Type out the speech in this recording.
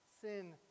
sin